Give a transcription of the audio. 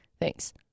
thanks